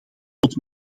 tot